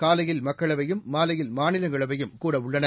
காலையில் மக்களவையும் மாலையில் மாநிலங்களவையும் கூடவுள்ளன